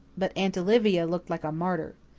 but aunt olivia looked like a martyr.